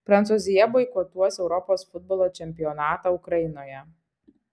prancūzija boikotuos europos futbolo čempionatą ukrainoje